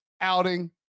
outing